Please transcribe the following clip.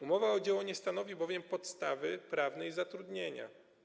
Umowa o dzieło nie stanowi bowiem podstawy prawnej zatrudnienia.